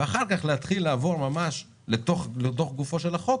ואחר כך להתחיל לעבור ממש לתוך גופו של החוק,